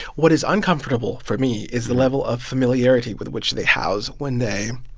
what is uncomfortable for me is the level of familiarity with which they house when they